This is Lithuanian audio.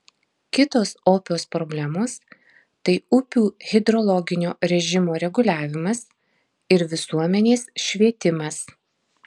kitos opios problemos tai upių hidrologinio režimo reguliavimas ir visuomenės švietimas